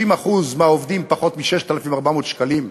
50% מהעובדים, פחות מ-6,400 שקלים.